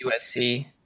USC